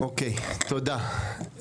אוקי, תודה.